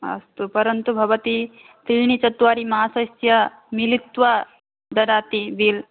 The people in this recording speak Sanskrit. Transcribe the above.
अस्तु परन्तु भवति त्रीणि चत्वारि मासस्य मिलित्वा ददाति बिल्